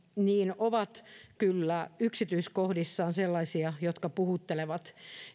ovat kyllä yksityiskohdissaan sellaisia jotka puhuttelevat